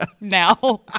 now